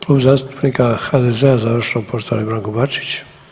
Klub zastupnika HDZ-a završno poštovani Branko Bačić.